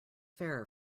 fair